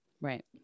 right